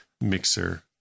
mixer